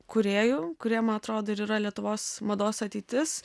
kūrėjų kurie man atrodo ir yra lietuvos mados ateitis